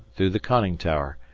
through the conning tower,